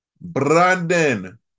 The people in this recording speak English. Brandon